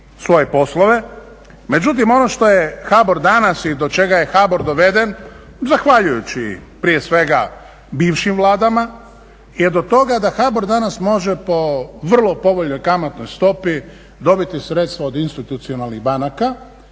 svoje poslove. Međutim, ono što je HBOR danas i do čega je HBOR doveden zahvaljujući prije svega bivšim Vladama, je do toga da HBOR danas može po vrlo povoljnoj kamatnoj stopi dobiti sredstva od institucionalnih banaka.